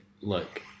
look